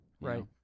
Right